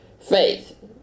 faith